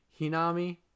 Hinami